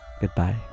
Goodbye